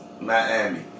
Miami